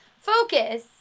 Focus